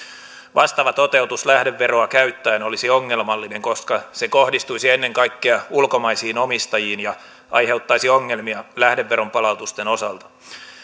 vastaava toteutus lähdeveroa käyttäen olisi ongelmallinen koska se kohdistuisi ennen kaikkea ulkomaisiin omistajiin ja aiheuttaisi ongelmia lähdeveron palautusten osalta